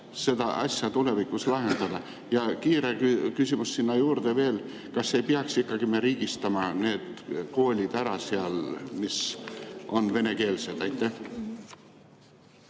seda asja tulevikus lahendada. Ja kiire küsimus sinna juurde: kas ei peaks ikkagi riigistama need koolid ära seal, mis on venekeelsed?